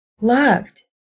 loved